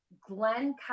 Glenn